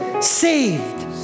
Saved